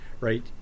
right